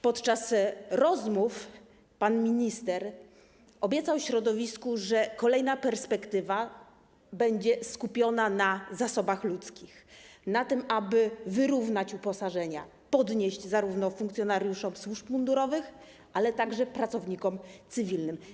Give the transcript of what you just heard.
Podczas rozmów pan minister obiecał środowisku, że kolejna perspektywa będzie skupiona na zasobach ludzkich, na tym, aby wyrównać uposażenia, podnieść je zarówno funkcjonariuszom służb mundurowych, jak i pracownikom cywilnym.